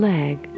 leg